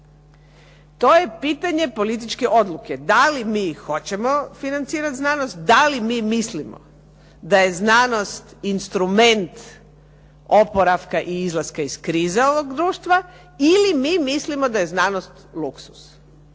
To je pitanje političke odluke. Da li mi hoćemo financirat znanost? Da li mi mislimo da je znanost instrument oporavka i izlaska iz krize ovog društva ili mi mislimo da je znanost luksuz?